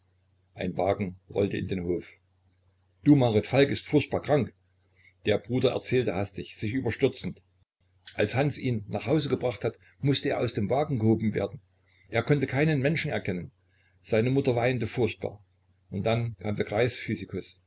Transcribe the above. ein wagen rollte in den hof du marit falk ist furchtbar krank der bruder erzählte hastig sich überstürzend als hans ihn nach hause gebracht hat mußte er aus dem wagen gehoben werden er konnte keinen menschen erkennen seine mutter weinte furchtbar und dann kam der